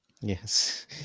Yes